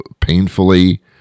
painfully